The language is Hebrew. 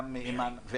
איאמן,